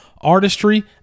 artistry